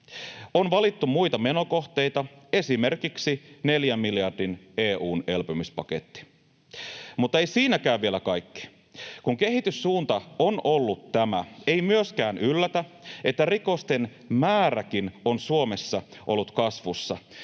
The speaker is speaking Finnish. On valittu muita menokohteita, esimerkiksi neljän miljardin EU:n elpymispaketti. Mutta ei siinäkään vielä kaikki. Kun kehityssuunta on ollut tämä, ei myöskään yllätä, että rikosten määräkin on Suomessa ollut kasvussa.